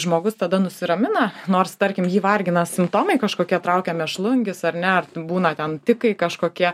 žmogus tada nusiramina nors tarkim jį vargina simptomai kažkokie traukia mėšlungis ar ne ar būna ten tikai kažkokie